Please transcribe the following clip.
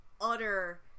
utter